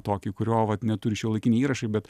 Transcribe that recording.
tokį kurio vat neturi šiuolaikiniai įrašai bet